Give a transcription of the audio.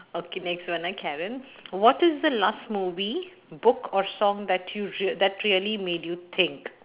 okay next one ah Karen what is the last movie book or song that you re~ that really made you think